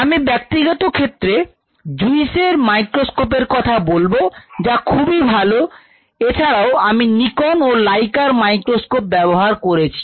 আমি ব্যক্তিগত ক্ষেত্রে জুসের মাইক্রোস্কোপের কথা বলব যা খুবই ভালো এছাড়াও আমি নিকন ও লাইকার মাইক্রোস্কোপ ব্যবহার করেছি